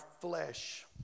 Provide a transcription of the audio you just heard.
flesh